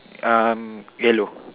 um yellow